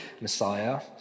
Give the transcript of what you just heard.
Messiah